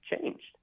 changed